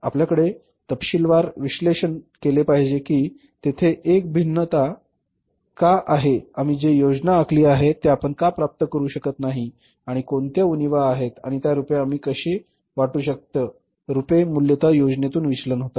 आपल्याकडे तपशीलवार विश्लेषण केले पाहिजे की तेथे एक भिन्नता का आहे आम्ही जे योजना आखली आहे ते आपण का प्राप्त करू शकत नाही आणि कोणत्या उणीवा आहेत आणि त्या रूपे आम्ही कशी काढू शकतो रूपे मूलत योजनेतून विचलन आहेत